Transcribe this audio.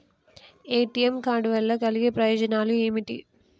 ATM card వల్ల కలిగే ప్రయోజనాలు ఏమిటి?